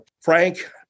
Frank